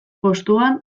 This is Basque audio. postuan